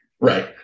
right